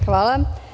Hvala.